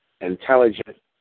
intelligent